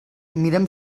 mirem